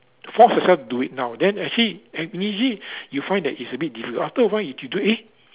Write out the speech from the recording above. force yourself to do it now then actually maybe you find that it's a bit difficult after a while if you do it eh